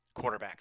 quarterbacks